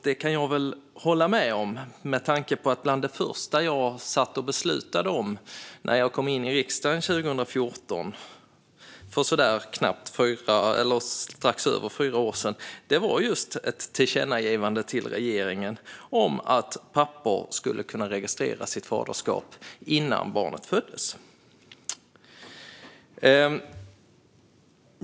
Det kan jag hålla med om, med tanke på att bland det första jag satt och beslutade om när jag kom in i riksdagen 2014, för så där strax över fyra år sedan, var just ett tillkännagivande till regeringen om att pappor skulle kunna registrera sitt faderskap innan barnet föddes.